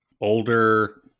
older